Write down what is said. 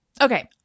Okay